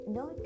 no